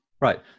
Right